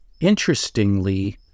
interestingly